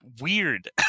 weird